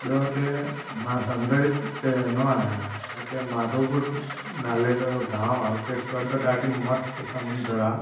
ॿियो हिते मां समुंड ते वेंदो आहियां हिते माधवपुर नाले जो गामु आहे हुते वॾी ॾाढी मस्तु समुंड आहे